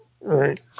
Right